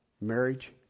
marriage